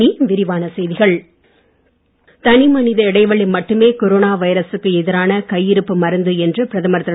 பிரதமர் மோடி தனி மனித இடைவெளி மட்டுமே கொரோனா வைரசுக்கு எதிரான கையிருப்பு மருந்து என்று பிரதமர் திரு